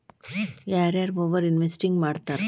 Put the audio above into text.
ಯಾರ ಯಾರ over investing ಮಾಡ್ತಾರಾ